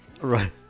Right